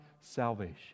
salvation